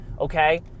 Okay